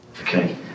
Okay